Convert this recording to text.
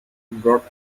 brought